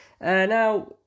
Now